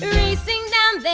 racing down